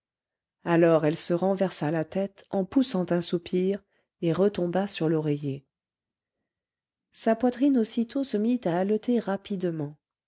alors elle se renversa la tête en poussant un soupir et retomba sur l'oreiller sa poitrine aussitôt se mit à haleter rapidement